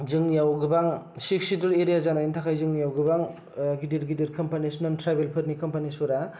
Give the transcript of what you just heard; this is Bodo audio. जोंनियाव गोबां सिक्स सिडुल एरिया जानायनि थाखाय जोंनियाव गोबां गिदिर गिदिर कमपानिस ट्राइबेलफोरनि कमपानिसफोरा